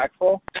impactful